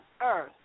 earth